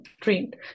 trained